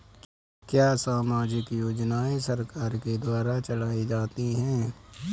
क्या सामाजिक योजनाएँ सरकार के द्वारा चलाई जाती हैं?